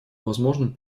возможным